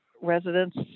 residents